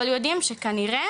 אבל יודעים שכנראה